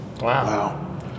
Wow